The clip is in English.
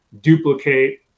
duplicate